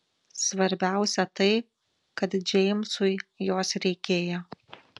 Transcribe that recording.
svarbiausia tai kad džeimsui jos reikėjo